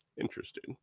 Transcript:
Interesting